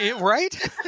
Right